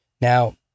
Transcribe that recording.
now